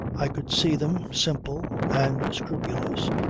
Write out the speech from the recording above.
i could see them, simple, and scrupulous,